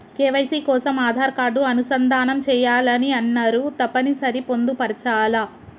KYC కోసం Aadhaar card అనుసంధానం చేయాలని అన్నరు తప్పని సరి పొందుపరచాలా?